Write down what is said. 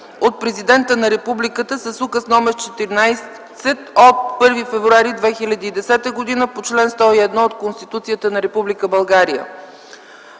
от Президента на Републиката с Указ № 14 от 1.2.2010 г. по чл. 101 от Конституцията на Република България.